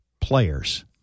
Players